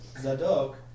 Zadok